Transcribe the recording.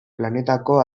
planetako